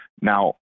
Now